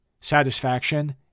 Satisfaction